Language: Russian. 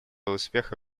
успеха